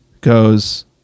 goes